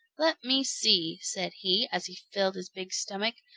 let me see, said he, as he filled his big stomach,